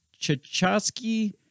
Chachowski